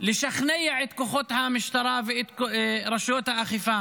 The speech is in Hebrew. לשכנע את כוחות המשטרה ואת רשויות האכיפה